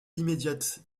immédiate